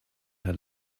her